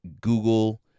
Google